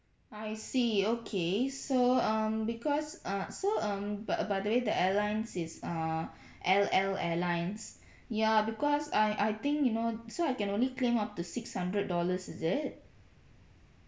I see okay so um because uh so um but by the way the airlines is err L L airlines ya because I I think you know so I can only claim up to six hundred dollars is it